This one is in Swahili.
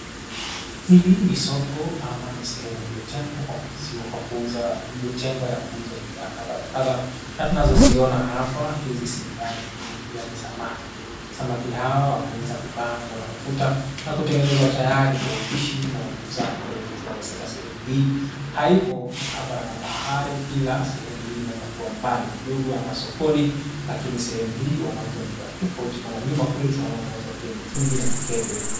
Hili ni soko ama ni sehemu iliyotengwa ya kuuza bidhaa kadha wa kadha. Na tunazoziona hapa hizi si bidhaa zingine ila ni samaki. Samaki hawa wameweza kukaangwa na mafuta na kutengenezwa tayari kwa upishi na uuzaji. Kwa hivyo tunaweza sema sehemu hii haipo mkabala na bahari ila sehemu hii inaweza kuwa mbali kidogo ama sokoni. Lakini sehemu hii wanauza bidhaa tofauti maana nyuma kule tunaona wanauza pia mitungi na mikebe.